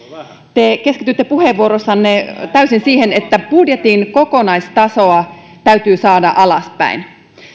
te keskityitte puheenvuorossanne täysin siihen että budjetin kokonaistasoa täytyy saada alaspäin